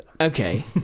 Okay